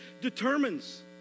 determines